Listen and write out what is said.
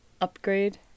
Upgrade